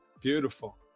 beautiful